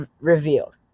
revealed